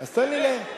אז תן לי להמשיך.